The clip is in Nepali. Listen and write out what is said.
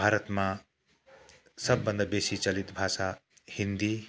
भारतमा सबभन्दा बेसी चालित भाषा हिन्दी